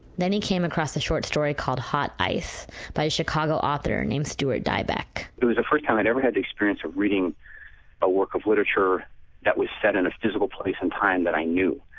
then he came across a short story called hot ice by chicago author named stuart dybek it was the first time i'd ever had the experience of reading a work of literature that was set in a physical place and time that i knew,